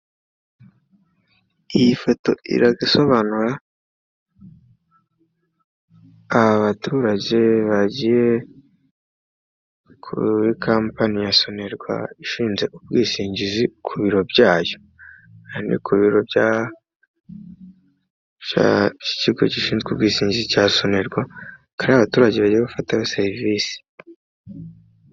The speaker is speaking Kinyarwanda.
Iyi foto irasobanura abaturage bagiye kuri kampani ya sonerwa ishinzwe ubwishingizi ku biro byayo aha ni ku biro by'ikigo gishinzwe ubwishingizi cya sonerwa hari abaturage bagiye bafata serivisi.